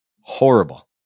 Horrible